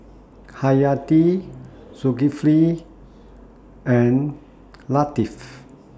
Hayati Zulkifli and Latif